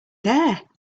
there